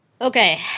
Okay